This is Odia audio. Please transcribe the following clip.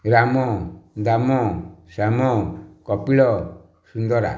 ରାମ ଦାମ ଶ୍ୟାମ କପିଳ ସିନ୍ଦରା